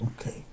Okay